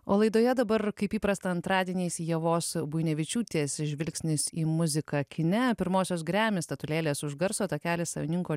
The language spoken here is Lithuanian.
o laidoje dabar kaip įprasta antradieniais ievos buinevičiūtės žvilgsnis į muziką kine pirmosios grammy statulėlės už garso takelį savininko